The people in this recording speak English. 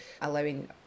allowing